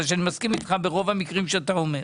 שאני מסכים איתך ברוב הדברים שאתה אומר.